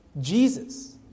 Jesus